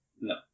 No